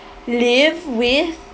live with